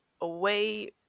away